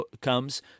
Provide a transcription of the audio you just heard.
comes